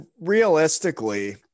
realistically